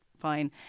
fine